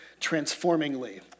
transformingly